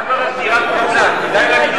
למה,